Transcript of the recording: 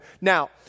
Now